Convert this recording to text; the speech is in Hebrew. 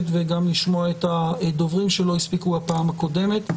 וגם לשמוע את הדוברים שלא הספיקו בפעם הקודמת.